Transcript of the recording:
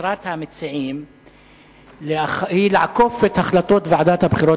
מטרת המציעים לעקוף את החלטות ועדת הבחירות